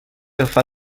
agafar